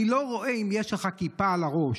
אני לא רואה אם יש לך כיפה על הראש,